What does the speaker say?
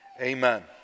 amen